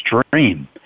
extreme